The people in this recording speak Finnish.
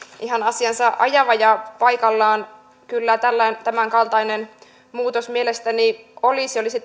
ihan asiansa ajava ja paikallaan kyllä tämänkaltainen muutos mielestäni olisi olisi